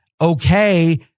okay